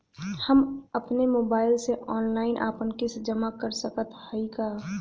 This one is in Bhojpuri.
हम अपने मोबाइल से ऑनलाइन आपन किस्त जमा कर सकत हई का?